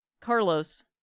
Carlos